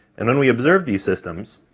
and when we observe these systems,